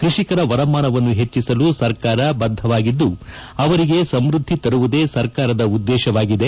ಕೃಷಿಕರ ವರಮಾನವನ್ನು ಹೆಚ್ಚಿಸಲು ಸರ್ಕಾರ ಬದ್ದವಾಗಿದ್ದು ಅವರಿಗೆ ಸಮೃದ್ದಿ ತರುವುದೇ ಸರ್ಕಾರದ ಉದ್ದೇಶವಾಗಿದೆ